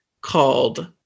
called